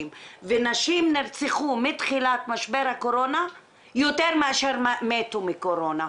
ונשים נרצחו מתחילת משבר הקורונה יותר מאשר מתו מקורונה,